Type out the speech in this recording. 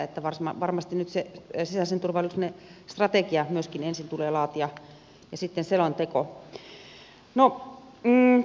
että varmasti nyt myöskin se sisäisen turvallisuuden strategia ensin tulee laatia ja sitten selonteko